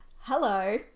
Hello